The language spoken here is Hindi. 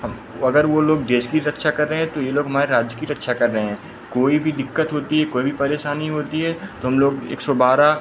अब अगर वे लोग देश की रक्षा कर रहे हैं तो ये लोग हमारे राज्य की रक्षा कर रहे हैं कोई भी दिक़्क़त होती है कोई भी परेशानी होती है तो हम लोग एक सौ बारह